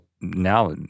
now